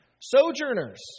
sojourners